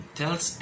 tells